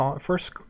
first